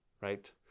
right